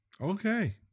Okay